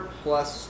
plus